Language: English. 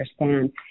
understand